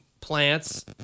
plants